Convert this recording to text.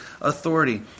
authority